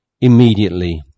immediately